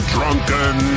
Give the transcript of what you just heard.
Drunken